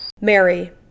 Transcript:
Mary